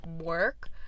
work